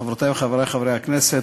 חברותי וחברי חברי הכנסת,